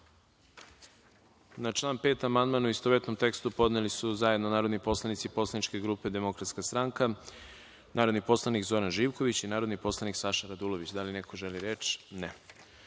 član 6. amandman, u istovetnom tekstu, podneli su zajedno narodni poslanici Poslaničke grupe DS, narodni poslanik Zoran Živković i narodni poslanik Saša Radulović. Da li neko želi reč?